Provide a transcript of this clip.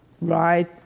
right